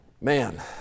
Man